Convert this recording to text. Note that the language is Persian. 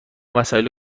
وسایل